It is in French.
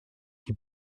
qui